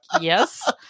Yes